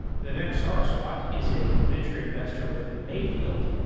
vivek saraswat is a venture investor with mayfield,